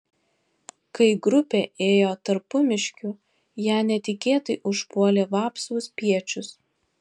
kai grupė ėjo tarpumiškiu ją netikėtai užpuolė vapsvų spiečius